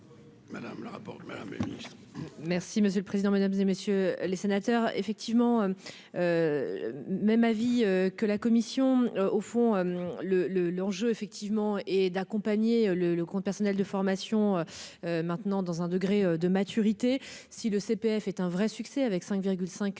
Madame le rapport de Madame. Merci monsieur le président, Mesdames et messieurs les sénateurs, effectivement, même avis que la commission au fond le le l'enjeu effectivement est d'accompagner le le compte personnel de formation maintenant dans un degré de maturité si le CPF est un vrai succès avec 5,5